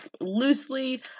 Loosely